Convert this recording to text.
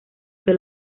que